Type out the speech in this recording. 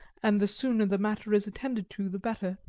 and the sooner the matter is attended to the better.